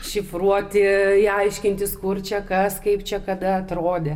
šifruoti aiškintis kur čia kas kaip čia kada atrodė